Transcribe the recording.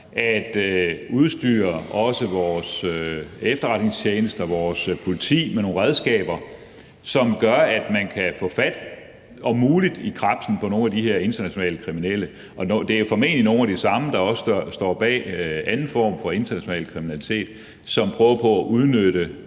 at udstyre også vores efterretningstjeneste og politi med nogle redskaber, som gør, at man om muligt kan få fat i krebsen på nogle af de her internationale kriminelle. Det er formentlig nogle af de samme, som også står bag anden form for international kriminalitet, som prøver på at udnytte